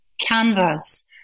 canvas